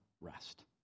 rest